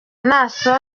naason